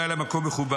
לא היה להם מקום מכובד.